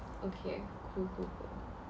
okay cool cool cool